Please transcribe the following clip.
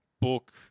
Book